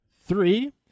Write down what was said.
three